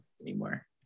anymore